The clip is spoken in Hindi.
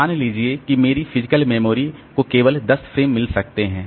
मान लीजिए मेरी फिजिकल मेमोरी को केवल 10 फ्रेम मिल सकते हैं